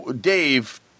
Dave